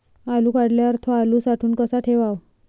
आलू काढल्यावर थो आलू साठवून कसा ठेवाव?